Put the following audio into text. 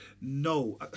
no